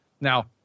now